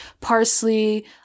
parsley